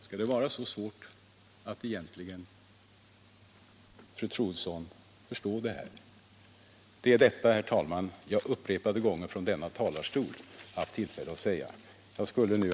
Skall det behöva vara så svårt för fru Troedsson att förstå detta resonemang? Det jag nu anfört har jag, herr talman, upprepade gånger haft tillfälle att säga från denna talarstol.